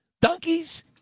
Donkeys